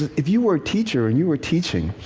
if you were a teacher and you were teaching,